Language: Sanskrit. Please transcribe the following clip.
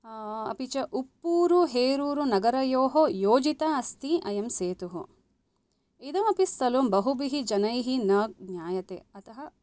अपि च उप्पूरु हेरूरु नगरयो योजिता अस्ति अयं सेतु इदमपि स्थलं बहुभिः जनैः न ज्ञायते अतः